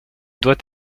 doit